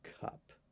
Cup